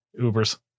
Ubers